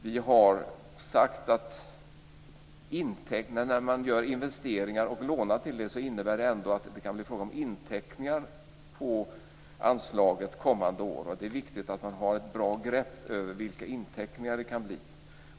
Vi har sagt att när man lånar till investeringar innebär det ändå att det kan bli fråga om inteckningar på anslaget kommande år. Det är viktigt att man har ett bra grepp över vilka inteckningar det kan bli.